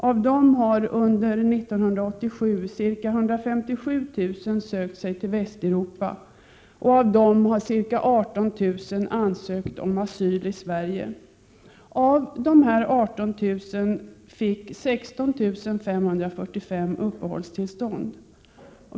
Av dessa har under 1987 ca 157 000 sökt sig till Västeuropa, och av dem har ca 18 000 ansökt om asyl i Sverige. Av dessa 18 000 fick 16 545 uppehållstillstånd.